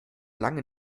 lange